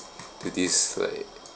to this like